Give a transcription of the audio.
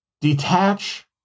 detach